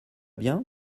bien